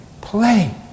Play